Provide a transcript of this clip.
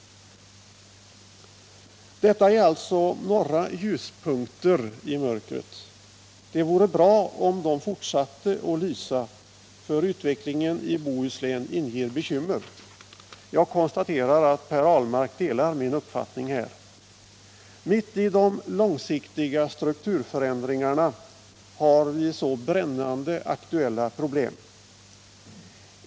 Detta är alltså några ljuspunkter i mörkret. Det vore bra om de fortsatte att lysa, för utvecklingen i Bohuslän inger bekymmer. Jag konstaterar att Per Ahlmark delar min uppfattning här. Mitt i de långsiktiga strukturförändringarna har vi också brännande aktuella problem.